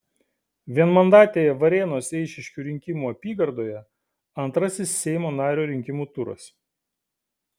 vienmandatėje varėnos eišiškių rinkimų apygardoje antrasis seimo nario rinkimų turas